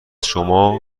شما